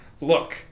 Look